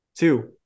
Two